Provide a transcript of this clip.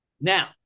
Now